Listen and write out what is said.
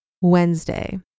Wednesday